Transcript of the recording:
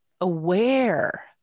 aware